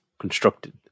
constructed